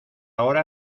ahora